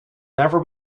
never